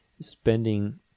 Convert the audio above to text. spending